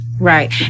right